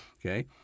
okay